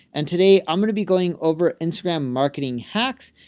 and today i'm going to be going over instagram marketing hacks.